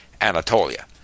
Anatolia